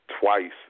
twice